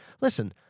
listen